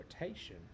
rotation